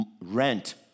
rent